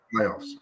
playoffs